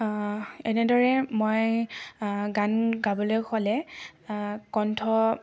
এনেদৰে মই গান গাবলৈ হ'লে কণ্ঠ